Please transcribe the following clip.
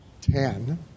ten